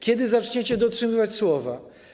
Kiedy zaczniecie dotrzymywać słowa?